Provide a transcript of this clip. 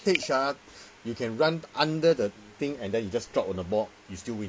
so H ah you can run under the thing and then you just drop on the board you still win